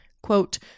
quote